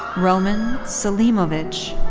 roman selimovic.